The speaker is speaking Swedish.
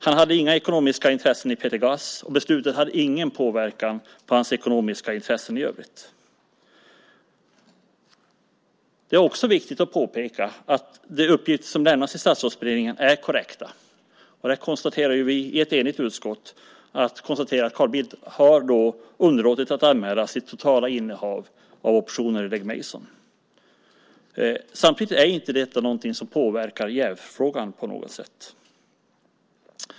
Han hade inte ekonomiska intressen i Peter Gaz, och beslutet hade ingen inverkan på hans ekonomiska intressen i övrigt. Det är också viktigt att påpeka att de uppgifter som lämnats till Statsrådsberedningen är korrekta. Vi konstaterade ju i ett enigt utskott att Carl Bildt har underlåtit att anmäla sitt totala innehav av optioner i Legg Mason. Samtidigt är inte detta något som påverkar jävsfrågan på något sätt.